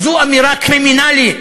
זו אמירה קרימינלית.